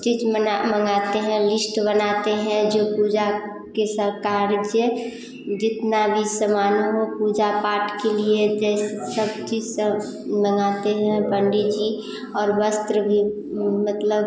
चीज़ मना मँगाते हैं लिश्ट बनाते हैं जो पूजा के सब कार्य जितना भी सामान हो पूजा पाठ के लिए जैसे सब चीज़ सब मँगाते हैं पंडित जी और वस्त्र भी मतलब